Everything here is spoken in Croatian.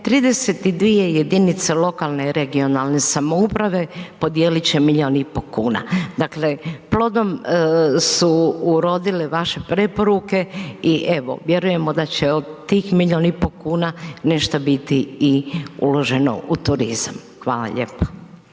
32 jedinice lokalne regionalne samouprave podijelit će milijun i pol kuna. Dakle, plodom su urodile vaše preporuke i evo, vjerujemo da će od tih milijun i pol kuna nešto biti i uloženo u turizam. Hvala lijepa.